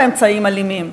באמצעים אלימים.